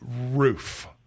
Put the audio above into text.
roof